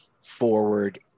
forward